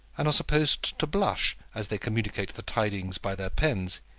and are supposed to blush as they communicate the tidings by their pens,